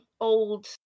old